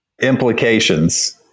implications